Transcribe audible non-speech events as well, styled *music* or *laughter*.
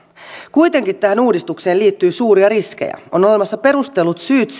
kuitenkin tähän uudistukseen liittyy suuria riskejä on olemassa perustellut syyt *unintelligible*